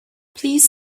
please